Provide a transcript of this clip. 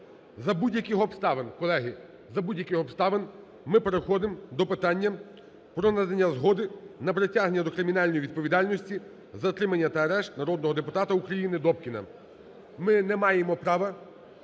за будь-яких обставин, колеги, за будь-яких обставин ми переходимо до питання про надання згоди на притягнення до кримінальної відповідальності, затримання та арешт народного депутата України Добкіна. Ми не маємо права